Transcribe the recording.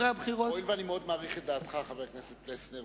אני לא מתבייש להגיד: צריך לחזק את המפלגות הגדולות,